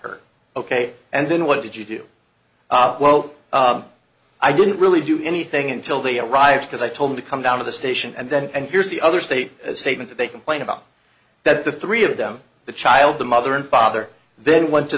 her ok and then what did you do i didn't really do anything until they arrived because i told him to come down to the station and then and here's the other state statement they complain about that the three of them the child the mother and father then went to